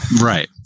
Right